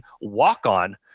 walk-on